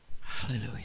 Hallelujah